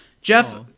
Jeff